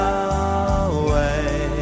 away